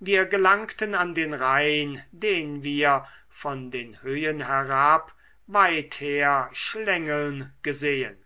wir gelangten an den rhein den wir von den höhen herab weither schlängeln gesehen